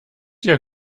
your